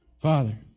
Father